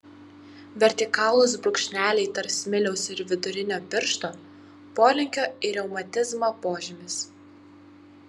vertikalūs brūkšneliai tarp smiliaus ir vidurinio piršto polinkio į reumatizmą požymis